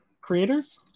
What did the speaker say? creators